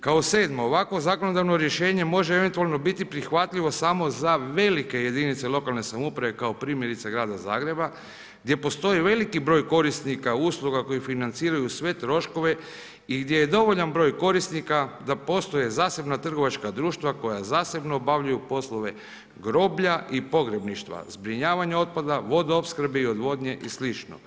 Kao 7 ovakvo zakonodavno rješenje može eventualno biti prihvatljivo samo za velike jedinice lokalne samouprave kao primjerice Grada Zagreba, gdje postoji veliki broj korisnika usluga, koji financiraju sve troškove i gdje je dovoljan broj korisnika da poštuju zasebna trgovačka društva, koja zasebno obavljaju poslove groblja i pogrebništva, zbrinjavanju otpada, vodoopskrba i odvodnje i slično.